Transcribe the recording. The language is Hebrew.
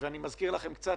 אני מזכיר לכם קצת,